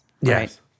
Yes